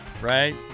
right